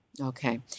Okay